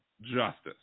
justice